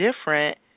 different